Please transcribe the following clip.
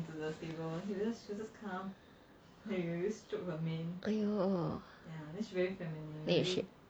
!aiyo! then you ship